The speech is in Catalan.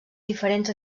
diferents